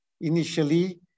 initially